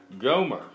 Gomer